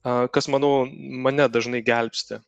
a kas manau mane dažnai gelbsti